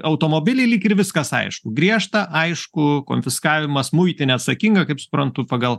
automobiliai lyg ir viskas aišku griežta aišku konfiskavimas muitinė atsakinga kaip suprantu pagal